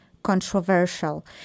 controversial